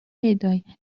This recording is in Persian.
هدایت